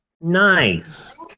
Nice